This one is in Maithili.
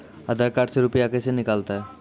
आधार कार्ड से रुपये कैसे निकलता हैं?